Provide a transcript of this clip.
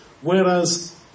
Whereas